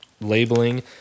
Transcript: labeling